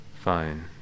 Fine